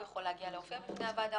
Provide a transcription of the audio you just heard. הוא יכול להופיע בפני הוועדה,